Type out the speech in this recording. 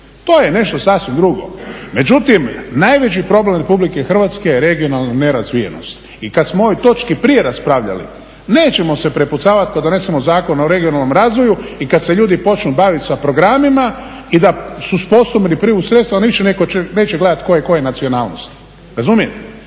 to je nešto sasvim drugo. Međutim, najveći problem Republike Hrvatske je regionalna nerazvijenost. I kad smo o ovoj točki prije raspravljali, nećemo se prepucavati kad donesemo Zakon o regionalnom razvoju, i kad se ljudi počnu baviti sa programima, i da su sposobni privući sredstva, …/Govornik se ne razumije./… neće gledati ko je koje nacionalnosti, razumijete?